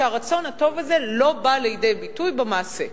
שהרצון הטוב הזה לא בא לידי ביטוי במעשה.